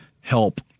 help